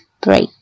break